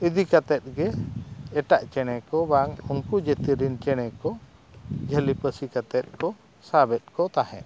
ᱤᱫᱤ ᱠᱟᱛᱮᱫ ᱜᱮ ᱮᱴᱟᱜ ᱪᱮᱬᱮ ᱠᱚ ᱵᱟᱝ ᱩᱱᱠᱩ ᱡᱟᱛᱤ ᱨᱮᱱ ᱪᱮᱬᱮ ᱠᱚ ᱡᱷᱟᱹᱞᱤ ᱯᱟᱹᱥᱤ ᱠᱟᱛᱮᱫ ᱠᱚ ᱥᱟᱵᱮᱫ ᱠᱚ ᱛᱟᱦᱮᱸᱫ